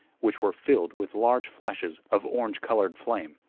which were filled with large flashes of orange-colored flame.